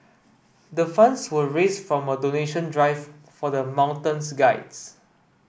the funds were raised from donation drive for the mountains guides